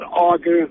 argue